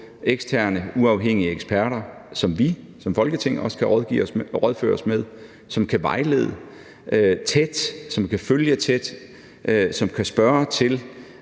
eksterne uafhængige eksperter, som vi som Folketing også kan rådføre os med, som kan vejlede tæt, som kan følge det tæt, som kan spørge til